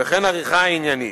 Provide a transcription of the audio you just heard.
וכן עריכה עניינית.